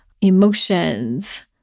emotions